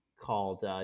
called